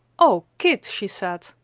o kit, she said,